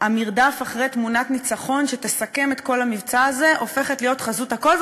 המרדף אחרי תמונת ניצחון שתסכם את כל המבצע הזה הופך להיות חזות הכול,